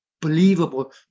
believable